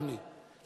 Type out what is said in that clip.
אדוני,